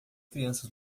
crianças